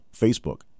Facebook